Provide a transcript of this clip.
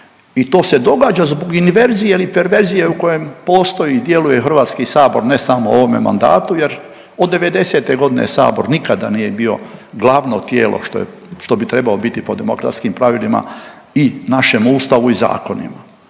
i to se događa zbog inverzije ili perverzije u kojem postoji i djeluje HS ne samo u ovome mandatu jer od '90.-te godine Sabor nikada nije bio glavno tijelo što bi trebao biti po demokratskim pravilima i našem Ustavu i zakonima.